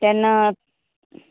तेन्ना